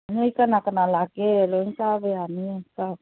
ꯅꯣꯏ ꯀꯅꯥ ꯀꯅꯥ ꯂꯥꯛꯀꯦ ꯂꯣꯏꯅ ꯀꯥꯕ ꯌꯥꯅꯤꯌꯦ ꯀꯥꯎ